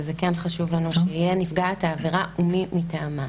וחשוב לנו שיהיה כתוב: נפגעת העבירה או מי מטעמה.